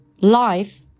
life